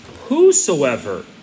whosoever